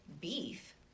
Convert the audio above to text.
beef